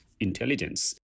Intelligence